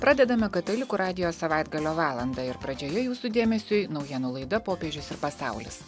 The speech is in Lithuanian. pradedame katalikų radijo savaitgalio valandą ir pradžioje jūsų dėmesiui naujienų laida popiežius ir pasaulis